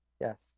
Yes